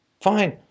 fine